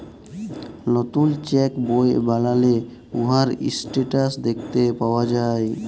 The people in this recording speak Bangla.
লতুল চ্যাক বই বালালে উয়ার ইসট্যাটাস দ্যাখতে পাউয়া যায়